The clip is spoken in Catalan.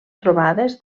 trobades